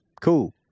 Cool